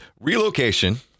relocation